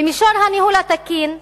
במישור הניהול התקין,